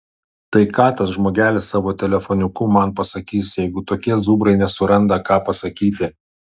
tai ką tas žmogelis savo telefoniuku man pasakys jeigu tokie zubrai nesuranda ką pasakyti